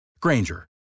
Granger